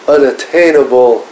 unattainable